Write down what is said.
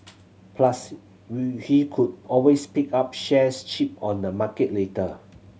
plus we he could always pick up shares cheap on the market later